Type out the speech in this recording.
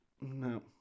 no